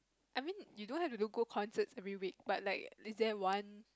I mean you don't have local concerts every week but like is there one